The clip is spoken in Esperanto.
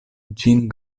ĝin